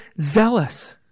zealous